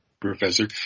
professor